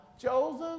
Joseph